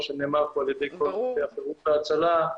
שנאמר כאן על ידי גופי החירום וההצלה.